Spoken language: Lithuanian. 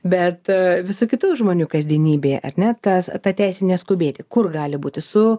bet visų kitų žmonių kasdienybė ar ne tas ta teisė neskubėti kur gali būti su